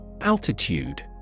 Altitude